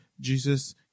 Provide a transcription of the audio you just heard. Jesus